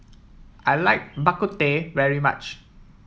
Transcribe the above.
I like Bak Kut Teh very much